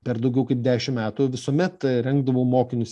per daugiau kaip dešim metų visuomet rengdavau mokinius